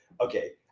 okay